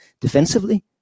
defensively